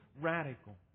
radical